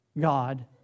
God